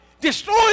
destroy